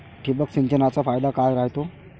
ठिबक सिंचनचा फायदा काय राह्यतो?